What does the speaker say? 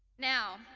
now,